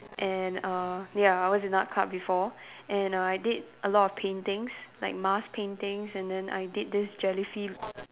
and err ya I was in art club before and I did a lot of paintings like Mars paintings and then I did this jellyfi~